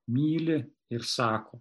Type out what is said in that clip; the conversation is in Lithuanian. myli ir sako